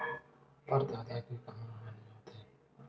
प्रदाता के का हानि हो थे?